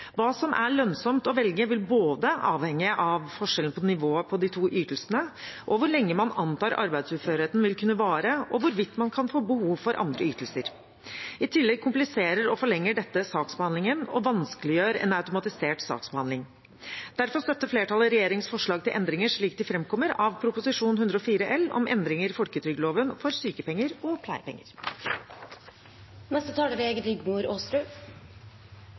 Hva som er lønnsomt å velge, vil både avhenge av forskjellen på nivået på de to ytelsene, hvor lenge man antar at arbeidsuførheten vil kunne vare, og hvorvidt man kan få behov for andre ytelser. I tillegg kompliserer og forlenger dette saksbehandlingen og vanskeliggjør en automatisert saksbehandling. Derfor støtter flertallet regjeringens forslag til endringer slik de framkommer av Prop. 104 L, om endringer i folketrygdloven for sykepenger og